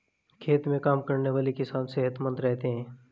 खेत में काम करने वाले किसान सेहतमंद रहते हैं